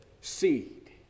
seed